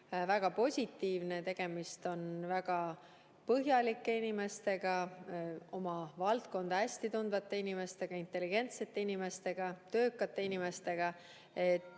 väga positiivne. Tegemist on väga põhjalike inimestega, oma valdkonda hästi tundvate inimestega, intelligentsete inimestega, töökate inimestega.